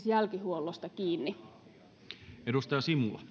jälkihuollosta kiinni